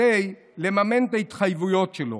כדי לממן את ההתחייבויות שלו.